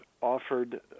offered